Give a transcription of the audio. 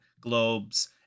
Globes